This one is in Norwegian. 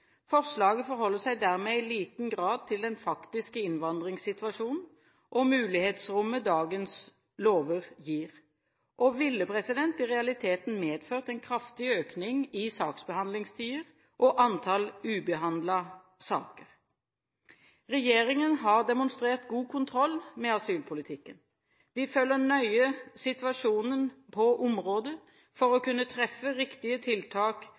Forslaget forholder seg dermed i liten grad til den faktiske innvandringssituasjonen og til det mulighetsrommet dagens lover gir, og ville i realiteten medført en kraftig økning i saksbehandlingstider og i antall ubehandlede saker. Regjeringen har demonstrert god kontroll med asylpolitikken. Vi følger situasjonen på området nøye for å kunne treffe riktige tiltak